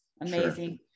amazing